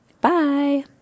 Bye